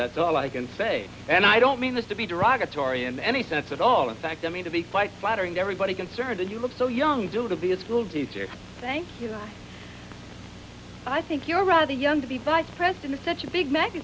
that's all i can say and i don't mean this to be derogatory in any sense at all in fact i mean to be quite flattering to everybody concerned that you look so young still to be a schoolteacher thank you no i think you're rather young to be vice president to touch a big mac